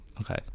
Okay